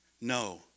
No